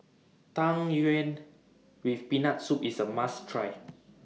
Tang Yuen with Peanut Soup IS A must Try